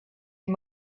and